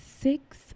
six